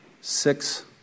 Six